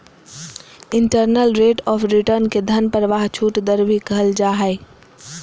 internal rate of return के धन प्रवाह छूट दर भी कहल जा हय